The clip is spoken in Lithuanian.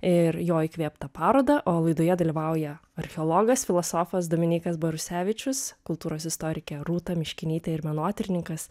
ir jo įkvėptą parodą o laidoje dalyvauja archeologas filosofas dominykas barusevičius kultūros istorikė rūta miškinytė ir menotyrininkas